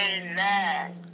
Amen